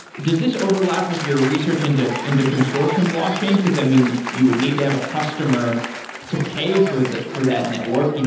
does this overlap with your research into into consortium blockchains? because i mean, you would need to have a customer to pay for that for that network. you know